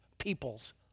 people's